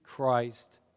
Christ